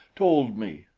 told me,